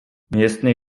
miestny